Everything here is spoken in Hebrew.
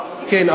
כן,